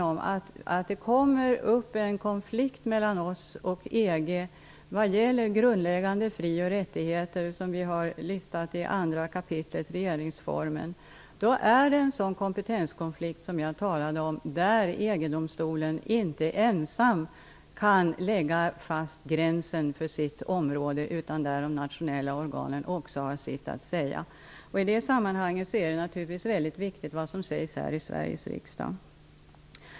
Om det blir en konflikt mellan oss och EG vad gäller de grundläggande fri och rättigheter, som vi har listat i regeringsformens andra kapitel, är det en sådan kompetenskonflikt, som jag talade om, där EG-domstolen inte ensam kan lägga fast gränsen för sitt område. De nationella organen får också säga sitt. I det sammanhanget är det naturligtvis mycket viktigt vad som sägs här i Sveriges riksdag.